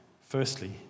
firstly